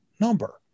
number